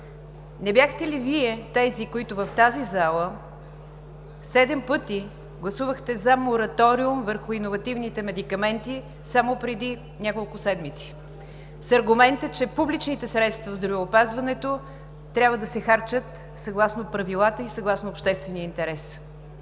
не бяхте ли Вие тези, които в тази зала седем пъти гласувахте за мораториум върху иновативните медикаменти само преди няколко седмици, с аргумента, че публичните средства в здравеопазването трябва да се харчат съгласно правилата и съгласно обществения интерес?